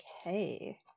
okay